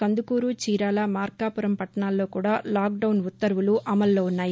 కందుకూరు చీరాల మార్కాపురం పట్టణాలలో కూడా lockdown ఉత్తర్వులు అమలులో ఉన్నాయి